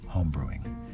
homebrewing